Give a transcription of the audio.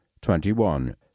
twenty-one